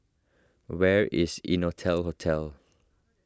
where is Innotel Hotel